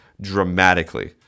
dramatically